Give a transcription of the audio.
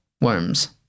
worms